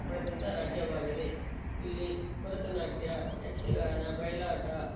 ಪಡೆದಂಥ ರಾಜ್ಯವಾಗಿದೆ ಇಲ್ಲಿ ಭರತನಾಟ್ಯ ಯಕ್ಷಗಾನ ಬಯಲಾಟ